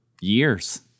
years